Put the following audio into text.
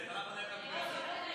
בעד,